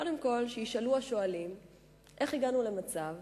קודם כול, שישאלו השואלים איך הגענו למצב